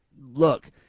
look